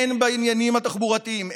הן בעניינים התחבורתיים,